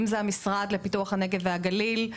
המשרד לפיתוח הנגב והגליל,